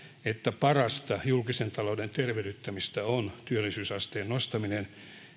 että parasta julkisen talouden tervehdyttämistä on työllisyysasteen nostaminen